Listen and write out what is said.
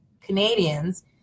Canadians